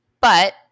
But